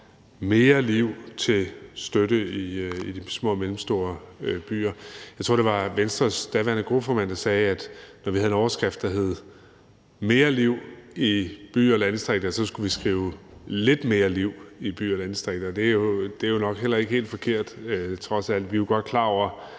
mere liv i de små og mellemstore byer. Jeg tror, det var Venstres daværende gruppeformand, der sagde, at når vi havde en overskrift, der lød »Mere liv i bymidter og landdistrikter«, så skulle vi i stedet bruge formuleringen lidt mere liv i byer og landdistrikter. Det er jo trods alt nok heller ikke helt forkert. Vi er jo godt klar over